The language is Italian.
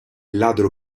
ladro